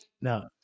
no